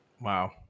Wow